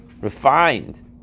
refined